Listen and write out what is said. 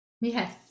Yes